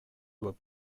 doit